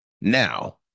Now